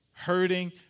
hurting